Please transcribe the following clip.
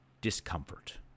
discomfort